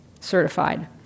certified